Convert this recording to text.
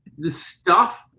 this stuff,